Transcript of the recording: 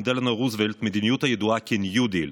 דלאנו רוזוולט את המדיניות הידועה כ"ניו-דיל",